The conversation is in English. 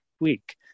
week